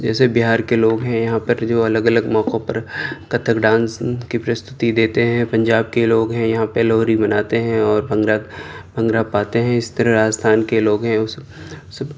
جیسے بہار کے لوگ ہیں یہاں پر جو الگ الگ موقعوں پر کتھک ڈانس کی پرستوتی دیتے ہیں پنجاب کے لوگ ہیں یہاں پہ لوہری مناتے ہیں اور بھانگڑا بھانگڑا پاتے ہیں اس طرح راجھستان کے لوگ ہیں وہ سب سب